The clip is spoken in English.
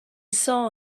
saw